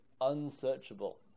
unsearchable